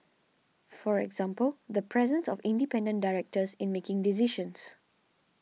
for example the presence of independent directors in making decisions